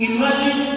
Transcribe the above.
Imagine